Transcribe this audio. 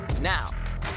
Now